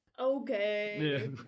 Okay